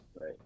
right